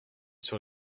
sur